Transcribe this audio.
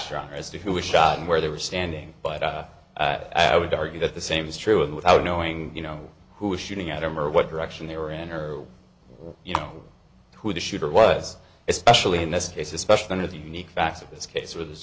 factual as to who was shot and where they were standing but i would argue that the same is true without knowing you know who was shooting at them or what direction they were in her you know who the shooter was especially in this case especially under the unique facts of this case with